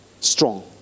strong